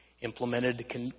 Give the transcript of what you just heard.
implemented